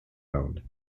owned